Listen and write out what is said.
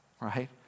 right